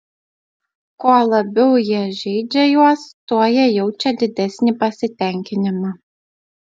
kuo labiau jie žeidžia juos tuo jie jaučia didesnį pasitenkinimą